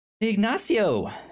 ignacio